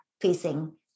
facing